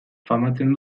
famatzen